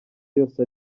yose